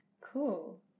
Cool